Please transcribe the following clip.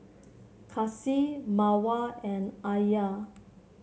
Kasih Mawar and Alya